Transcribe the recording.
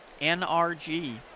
NRG